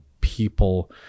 people